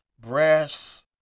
Brass